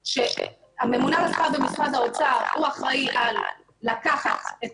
הממונה על השכר במשרד האוצר הוא אחראי על לקחת את